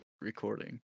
recording